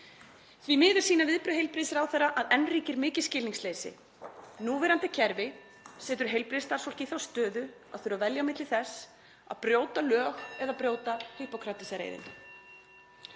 Því miður sýna viðbrögð heilbrigðisráðherra að enn ríkir mikið skilningsleysi. Núverandi kerfi setur heilbrigðisstarfsfólk í þá stöðu að þurfa að velja á milli þess að brjóta lög eða brjóta hippókratesareiðinn.